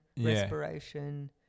respiration